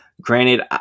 Granted